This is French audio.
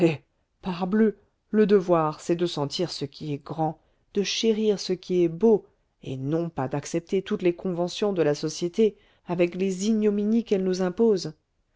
parbleu le devoir c'est de sentir ce qui est grand de chérir ce qui est beau et non pas d'accepter toutes les conventions de la société avec les ignominies qu'elle nous impose